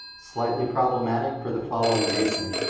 slightly problematic for the following reason.